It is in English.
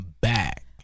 Back